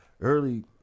Early